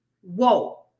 Whoa